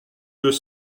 deux